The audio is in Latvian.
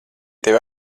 tevi